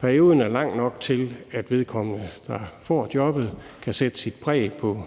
Perioden er lang nok til, at vedkommende, der får jobbet, kan sætte sit præg på